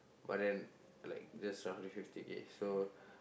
but then like just roughly fifty K so